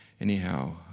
Anyhow